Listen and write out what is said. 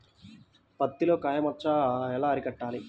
పత్తిలో కాయ మచ్చ ఎలా అరికట్టాలి?